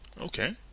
okay